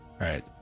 Right